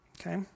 okay